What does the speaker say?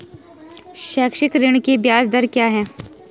शैक्षिक ऋण की ब्याज दर क्या है?